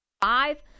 five